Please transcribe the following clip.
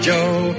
Joe